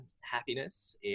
Happiness